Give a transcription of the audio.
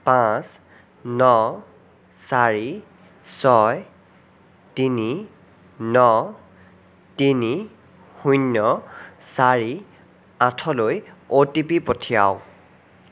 পাঁচ ন চাৰি ছয় তিনি ন তিনি শূন্য চাৰি আঠলৈ অ' টি পি পঠিয়াওক